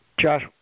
Josh